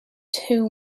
too